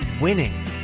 winning